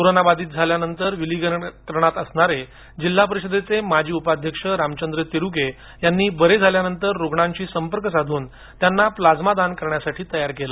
कोरोनाबाधित झाल्यानंतर विलगीकरणात असणारे जिल्हा परिषदेचे माजी उपाध्यक्ष रामचंद्र तिरुके यांनी बरे झालेल्या रुग्णांशी संपर्क साधून त्यांना प्लाझ्मादान करण्यासाठी तयार केले